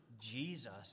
Jesus